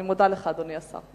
אני מודה לך, אדוני השר.